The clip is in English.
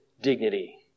dignity